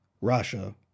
Russia